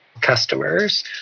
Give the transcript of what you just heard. customers